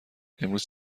امروز